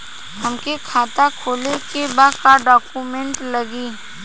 हमके खाता खोले के बा का डॉक्यूमेंट लगी?